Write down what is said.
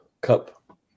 cup